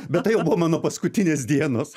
bet tai jau buvo mano paskutinės dienos